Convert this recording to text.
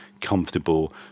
comfortable